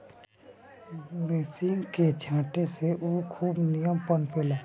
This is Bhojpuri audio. बरसिंग के छाटे से उ खूब निमन पनपे ला